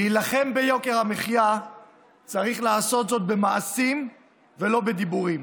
מלחמה ביוקר המחיה צריך לעשות במעשים ולא בדיבורים,